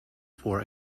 for